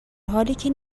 حالیکه